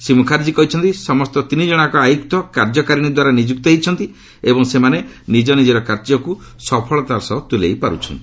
ଶ୍ରୀ ମୁଖାର୍ଜୀ କହିଛନ୍ତି ସମସ୍ତ ତିନି ଜଣଯାକ ଆୟୁକ୍ତ କାର୍ଯ୍ୟକାରିଣୀ ଦ୍ୱାରା ନିଯୁକ୍ତ ହୋଇଛନ୍ତି ଏବଂ ସେମାନେ ନିଜ ନିଜର କାର୍ଯ୍ୟକୁ ସଫଳତାର ସହ ତୁଲାଇ ପାରୁଛନ୍ତି